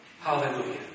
Hallelujah